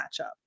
matchup